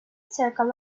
circle